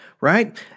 right